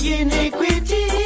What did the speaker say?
iniquity